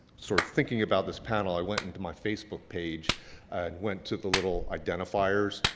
sort of thinking about this panel, i went into my facebook page and went to the little identifiers.